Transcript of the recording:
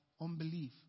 unbelief